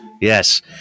yes